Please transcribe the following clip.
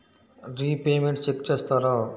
Repayments check చేస్తారా?